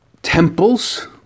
Temples